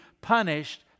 punished